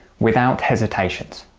without hesitation.